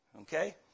Okay